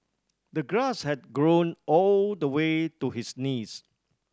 the grass had grown all the way to his knees